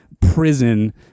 prison